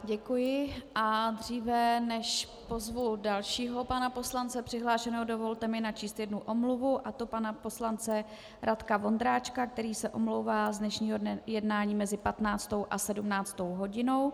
Děkuji a dříve než pozvu dalšího pana poslance přihlášeného, dovolte mi načíst jednu omluvu, a to pana poslance Radka Vondráčka, který se omlouvá z dnešního jednání mezi 15. a 17. hodinou.